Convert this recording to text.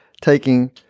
taking